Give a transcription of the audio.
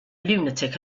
lunatic